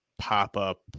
pop-up